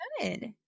Good